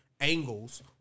angles